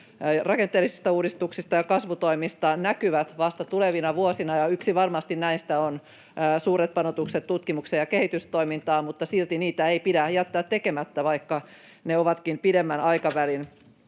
rakenteellisista uudistuksista ja kasvutoimista näkyvät vasta tulevina vuosina, ja varmasti yksi näistä on suuret panostukset tutkimukseen ja kehitystoimintaan. Silti niitä ei pidä jättää tekemättä, vaikka ne ovatkin pidemmän aikavälin